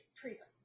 treason